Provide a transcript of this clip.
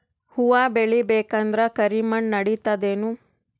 ಹುವ ಬೇಳಿ ಬೇಕಂದ್ರ ಕರಿಮಣ್ ನಡಿತದೇನು?